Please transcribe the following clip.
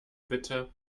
bitte